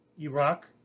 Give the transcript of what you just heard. Iraq